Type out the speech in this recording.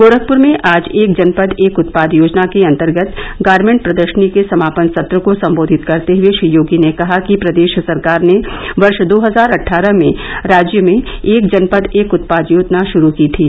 गोरखपुर में आज एक जनपद एक उत्पाद योजना के अन्तर्गत गारमेट प्रदर्शनी के समापन सत्र को सम्बोधित करते हए श्री योगी ने कहा कि प्रदेश सरकार ने वर्ष दो हजार अट्ठारह में राज्य में एक जनपद एक उत्पाद योजना शुरू की थी